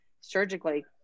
surgically